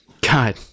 God